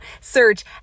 Search